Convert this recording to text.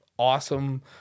awesome